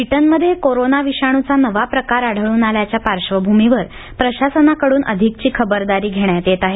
ब्रिटनमध्ये कोरोना विषाणूचा नवा प्रकार आढळून आल्याच्या पार्श्वभूमीवर प्रशासनाकडून अधिकची खबरदारी घेण्यात येत आहे